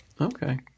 okay